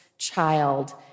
child